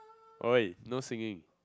!oi! no singing